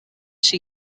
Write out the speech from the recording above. she